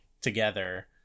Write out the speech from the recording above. together